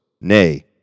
Nay